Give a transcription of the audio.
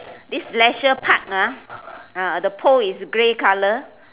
this leisure park ah the pole is grey color